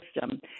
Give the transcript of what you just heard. system